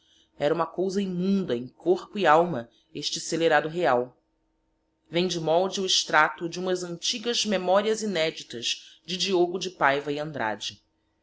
era uma cousa immunda em corpo e alma este scelerado real vem de molde o extracto de umas antigas memorias ineditas de diogo de paiva e andrade